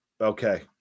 Okay